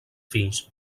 fills